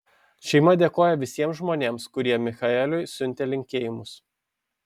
šeima dėkoja visiems žmonėms kurie michaeliui siuntė linkėjimus